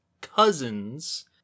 cousins